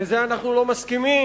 לזה אנחנו לא מסכימים.